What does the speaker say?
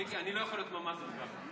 מיקי, אני לא יכול להיות ממ"ז, אם כך.